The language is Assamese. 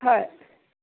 হয়